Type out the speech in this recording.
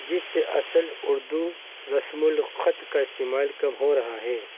جس سے اصل اردو رسم الخط کا استعمال کم ہو رہا ہے